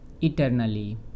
eternally